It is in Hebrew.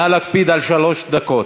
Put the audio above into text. נא להקפיד על שלוש דקות.